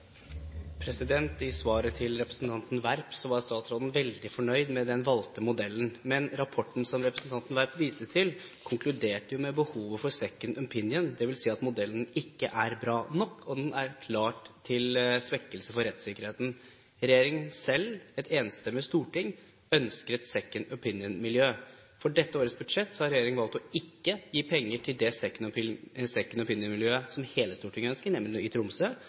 I svaret til representanten Werp var statsråden veldig fornøyd med den valgte modellen. Men rapporten som representanten Werp viste til, konkluderte med et behov for «second opinion». Det vil si at modellen ikke er bra nok. Den vil klart svekke rettssikkerheten. Regjeringen selv, et enstemmig storting, ønsker et «second opinion»-miljø. For dette årets budsjett har regjeringen valgt ikke å gi penger til det «second opinion»-miljøet som hele Stortinget ønsker, nemlig det i Tromsø.